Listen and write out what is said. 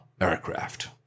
aircraft